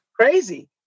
Crazy